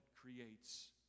creates